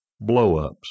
blow-ups